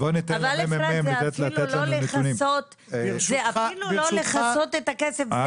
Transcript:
זה אפילו לא לכסות את הכסף,